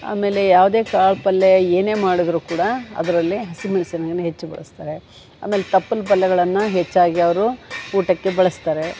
ಆಮೇಲೆ ಯಾವುದೇ ಕಾಳು ಪಲ್ಯ ಏನೇ ಮಾಡಿದ್ರೂ ಕೂಡ ಅದರಲ್ಲಿ ಹಸಿಮೆಣ್ಸಿನ ಹಣ್ಣು ಹೆಚ್ಚು ಬಳಸ್ತಾರೆ ಆಮೇಲೆ ತಪ್ಲಲು ಪಲ್ಯಗಳನ್ನು ಹೆಚ್ಚಾಗಿ ಅವರು ಊಟಕ್ಕೆ ಬಳಸ್ತಾರೆ